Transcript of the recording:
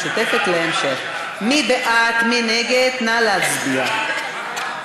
מי בעד, מי נגד, נא להצביע.